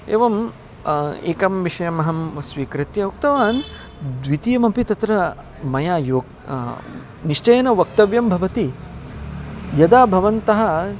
एवम् एकं विषयमहं स्वीकृत्य उक्तवान् द्वितीयमपि तत्र मया योक् निश्चयेन वक्तव्यं भवति यदा भवन्तः